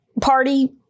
Party